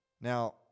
Now